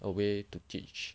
a way to teach